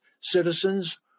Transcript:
citizens